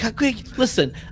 Listen